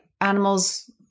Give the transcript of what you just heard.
animals